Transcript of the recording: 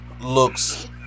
looks